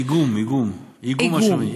איגום משאבים.